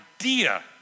idea